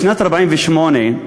בשנת 1948,